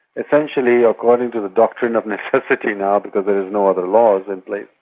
essentially, according to the doctrine of necessity now, because there is no other laws in place,